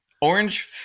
Orange